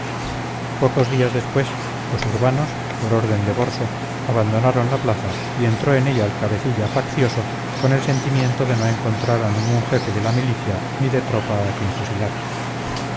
pocos días después los urbanos por orden de borso abandonaron la plaza y entró en ella el cabecilla faccioso con el sentimiento de no encontrar a ningún jefe de la milicia ni de tropa a quien fusilar